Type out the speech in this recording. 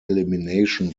elimination